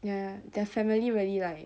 ya ya their family really like